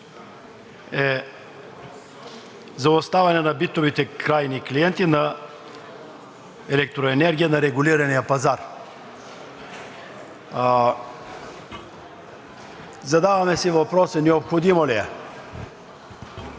за оставане на битовите крайни клиенти на електроенергия на регулирания пазар. Задаваме си въпроса: необходимо ли е?